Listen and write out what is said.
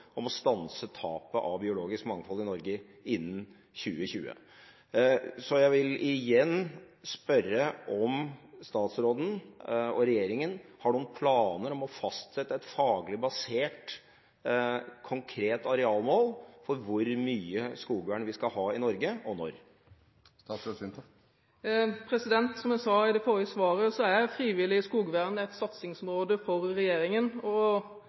om å stanse tapet av biologisk mangfold i Norge innen 2020. Så jeg vil igjen spørre: Har statsråden og regjeringen noen planer om å fastsette et faglig basert konkret arealmål for hvor mye skogvern vi skal ha i Norge, og når? Som jeg sa i det forrige svaret, er frivillig skogvern et satsingsområde for regjeringen.